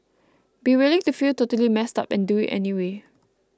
be willing to feel totally messed up and do it anyway